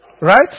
Right